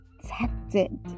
protected